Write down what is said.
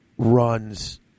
runs